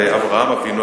ואברהם אבינו,